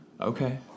Okay